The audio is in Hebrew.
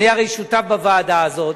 אני הרי שותף בוועדה הזאת,